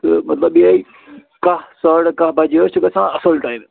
تہٕ مطلب یِہوٚے کَہہ ساڑٕ کَہہ بَجے حظ چھِ گژھان اَصٕل ٹایِم